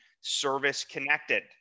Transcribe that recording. service-connected